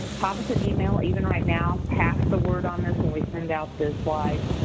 pop us an email, even right now, pass the word on this when we send out the slide,